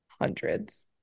Hundreds